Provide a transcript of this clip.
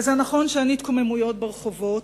ונכון שאין התקוממויות ברחובות,